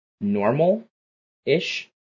normal-ish